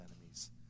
enemies